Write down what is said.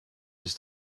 his